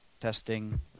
testing